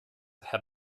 herr